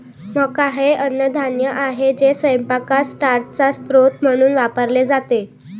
मका हे अन्नधान्य आहे जे स्वयंपाकात स्टार्चचा स्रोत म्हणून वापरले जाते